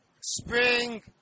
spring